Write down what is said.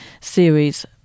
series